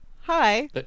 Hi